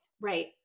Right